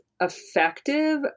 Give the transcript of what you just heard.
effective